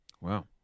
Wow